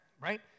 right